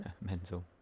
Mental